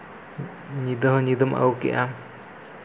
ᱧᱤᱫᱟᱹ ᱦᱚᱸ ᱧᱤᱫᱟᱹᱢ ᱟᱹᱜᱩ ᱠᱮᱜᱼᱟ